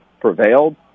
prevailed